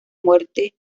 muerte